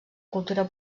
cultura